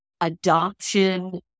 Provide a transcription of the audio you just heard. adoption